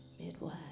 midwife